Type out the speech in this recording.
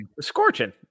Scorching